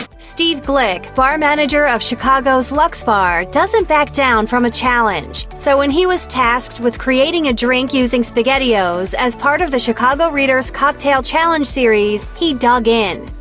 steve gleich, bar manager of chicago's luxbar, doesn't back down from a challenge. so when he was tasked with creating a drink using spaghettios as part of the chicago reader's cocktail challenge series, he dug in.